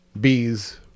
bees